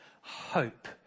hope